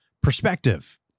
perspective